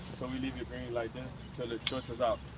so we leave it green like this till it filters out.